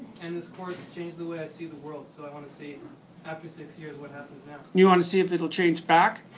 and the course changed the way i see the world. so i want to see after six years what happens now. you want to see if it'll change back?